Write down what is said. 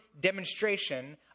demonstration